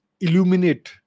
illuminate